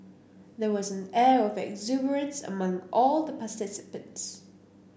there was an air of exuberance among all the participants